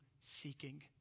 seeking